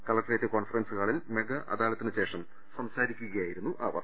collectorate conference ഹാളിൽ മെഗാഅദാലത്തിനനുശേഷം സംസാരിക്കുകയായിരുന്നു അവർ